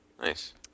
Nice